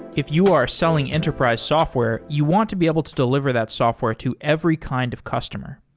if you are selling enterprise software, you want to be able to deliver that software to every kind of customer.